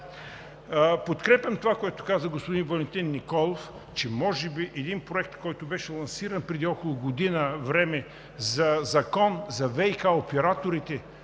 Подкрепям това, което каза господин Валентин Николов, че може би един проект, който беше лансиран преди около година време за Закон за ВиК операторите,